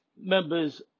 members